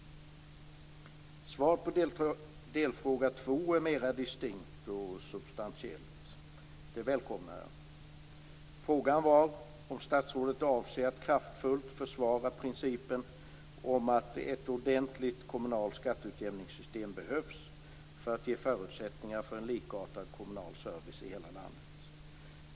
Svaret på delfråga två är mera distinkt och substantiellt. Det välkomnar jag. Frågan var om statsrådet avser att kraftfullt försvara principen om att ett ordentligt kommunalt skatteutjämningssystem behövs för att ge förutsättningar för en likartad kommunal service i hela landet.